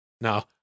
No